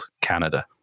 Canada